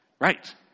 Right